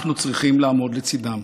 אנחנו צריכים לעמוד לצידם.